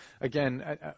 again